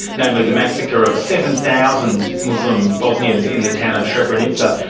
namely the massacre of seven thousand muslim bosnians in the town of srebrenica.